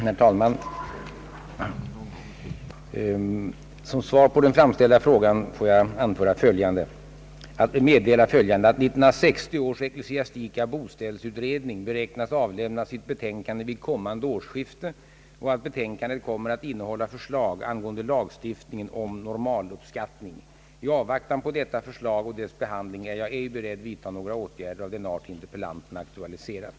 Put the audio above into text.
Herr talman! Som svar på den framställda frågan får jag meddela, att 1960 års ecklesiastika boställsutredning beräknas avlämna sitt betänkande vid kommande årsskifte och att betänkandet kommer att innehålla förslag angående lagstiftningen om normaluppskattning. I avvaktan på detta förslag och dess behandling är jag ej beredd vidta några åtgärder av den art interpellanten aktualiserat.